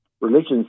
religions